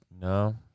No